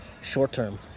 short-term